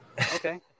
okay